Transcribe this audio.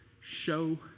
show